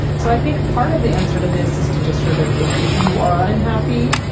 so i think part of the answer to this is to just sort of, if if you are unhappy,